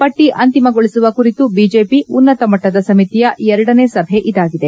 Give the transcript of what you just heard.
ಪಟ್ಟ ಅಂತಿಮಗೊಳಿಸುವ ಕುರಿತು ಬಿಜೆಪಿ ಉನ್ನತಮಟ್ಟದ ಸಮಿತಿಯ ಎರಡನೇ ಸಭೆ ಇದಾಗಿದೆ